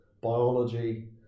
biology